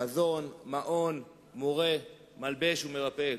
מזון, מעון, מורה, מלבוש ומרפא.